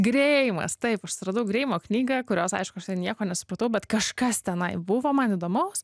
greimas taip aš suradau greimo knygą kurios aišku nieko nesupratau bet kažkas tenai buvo man įdomaus